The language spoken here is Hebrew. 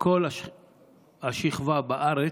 מכל השכבה בארץ,